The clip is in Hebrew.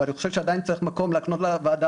אבל אני חושב שעדיין צריך מקום להקנות לוועדה